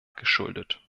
geschuldet